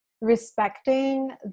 respecting